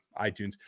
iTunes –